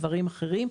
דברים אחרים,